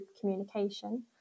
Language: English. communication